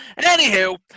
Anywho